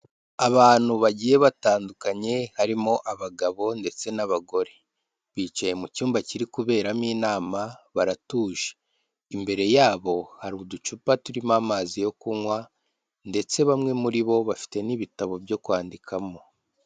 Abantu bagiye batandukanye, harimo abagabo ndetse n'abagore. Bicaye mu cyumba kiri kuberamo inama baratuje. Imbere yabo, hari uducupa turimo amazi yo kunywa ndetse bamwe muri bo bafite n'ibitabo byo kwandikamo.